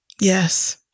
yes